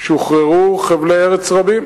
שוחררו חבלי ארץ רבים,